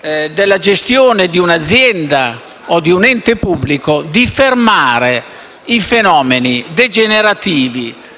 della gestione di un'azienda o di un ente pubblico in condizione di fermare i fenomeni degenerativi